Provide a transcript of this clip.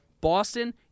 Boston